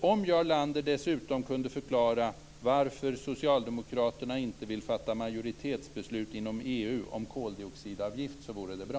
Om Jarl Lander dessutom kunde förklara varför Socialdemokraterna inte vill fatta majoritetsbeslut inom EU om koldioxidavgift vore det bra.